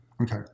Okay